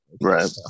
Right